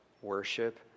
Worship